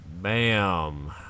bam